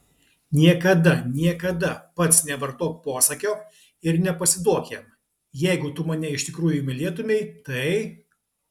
niekada niekada pats nevartok posakio ir nepasiduok jam jeigu tu mane iš tikrųjų mylėtumei tai